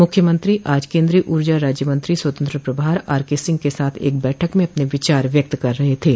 मुख्यमंत्री आज केन्द्रीय ऊर्जा राज्य मंत्री स्वतंत्र प्रभार आरके सिंह के साथ एक बैठक में अपने विचार व्यक्त कर रहे थे